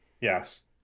Yes